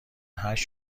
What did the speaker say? هشت